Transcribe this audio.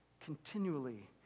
continually